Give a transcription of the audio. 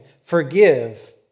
forgive